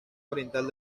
oriental